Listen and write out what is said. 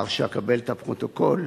לאחר שאקבל את הפרוטוקול,